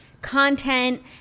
content